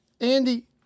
Andy